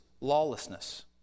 lawlessness